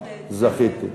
זכיתי.